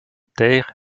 terre